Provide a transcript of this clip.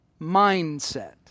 mindset